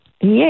Yes